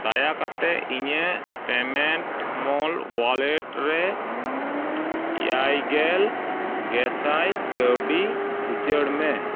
ᱫᱟᱭᱟ ᱠᱟᱛᱮᱫ ᱤᱧᱟᱹᱜ ᱯᱮᱴᱤᱭᱮᱢ ᱢᱚᱞ ᱚᱣᱟᱞᱮᱴ ᱨᱮ ᱮᱭᱟᱭ ᱜᱮᱞ ᱜᱮᱥᱟᱭ ᱠᱟᱹᱣᱰᱤ ᱩᱪᱟᱹᱲ ᱢᱮ